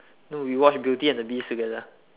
no we watched beauty and the beast together